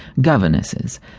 governesses